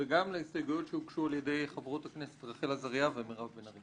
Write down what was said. וגם להסתייגויות שהוגשו על ידי חברות הכנסת רחל עזריה ומירב בן ארי.